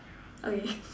okay